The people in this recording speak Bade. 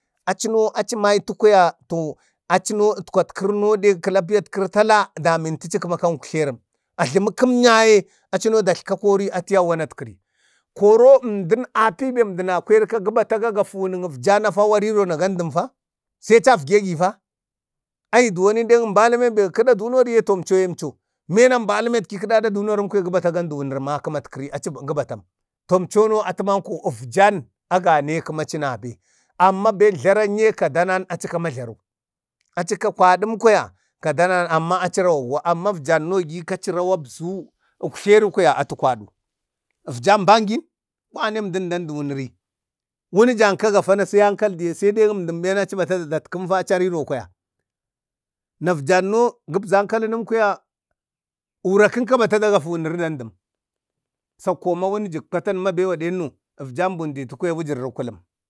Achino achi maita kwaya atkwakari de kəlapiya kəri tala damintəchi kəma kan uktlerim ajləkəm ya ye aci no datliki akori atiyau wanatkari. koro əmdən apibe əmdəna kweri gabata gagafi wunaŋ afjan na afu a rino na gandən fa. Sai achafgegi fa, ayi duwon de əmbaləmen ga kəɗi dunoriye əmcona əmco, ɓena əmbarəmetki kidado dunorən kwaya gə batam gandu wuniri akəmakəri gə batam. To amcono atamanko əfjan agane kəmaci nabe. Amma ben jlaranye kadanan acika majlaru, acika kwaɗam kwaya jlarən aci rawago, amma afjan gika aci rawu abzu uktleri kwaya atə kwaɗu. Efjan bangin wane əmdi danədil wuniri inunənjanka gafana sai ankal diye, sai de əmdən ɓena aci bata tatkəmfa. Na afjanno gəbza ankalənəm kwaya urakənka bata da gafu wunari dandəm. Sakko ma wunujək patan ma be waɗe Ʒnno əfjan duwon bunditu kwaya wujuriri kulum.